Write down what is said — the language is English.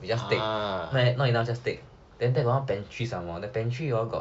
we just take not enough just take then there got one pantry some more the pantry hor got